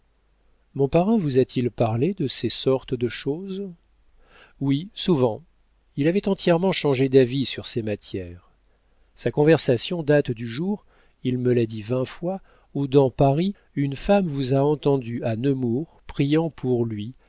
mon parrain vous a-t-il parlé de ces sortes de choses oui souvent il avait entièrement changé d'avis sur ces matières sa conversion date du jour il me l'a dit vingt fois où dans paris une femme vous a entendue à nemours priant pour lui